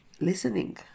listening